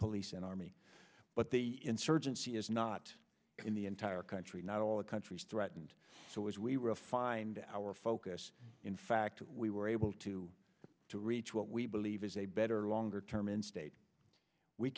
police and army but the insurgency is not in the entire country not all the countries threatened so as we refined our focus in fact we were able to to reach what we believe is a better longer term in state we